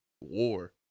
War